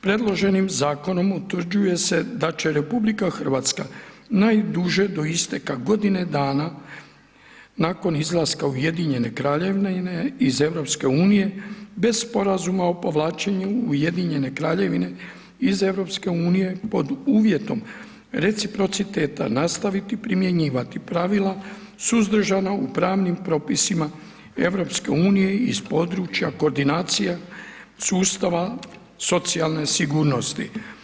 Priloženim zakonom, utvrđuje se da će RH, najduže do isteka godine dana, nakon izlaska Ujedinjene Kraljevine iz EU, bez sporazuma o povlačenju Ujedinjene Kraljevine iz EU, pod uvjetom reciprociteta nastaviti primjenjivati pravilo suzdržano u pravnim propisima EU iz područja koordinacija sustava socijalne sigurnosti.